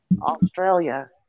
Australia